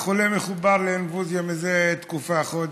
החולה מחובר לאינפוזיה זה תקופה, חודש-חודשיים,